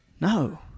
No